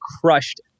crushed